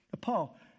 Paul